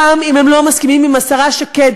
גם אם הם לא מסכימים עם השרה שקד.